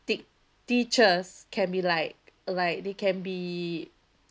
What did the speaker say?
tea~ teachers can be like like they can be